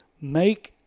make